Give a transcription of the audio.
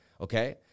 okay